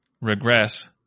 regress